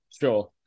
Sure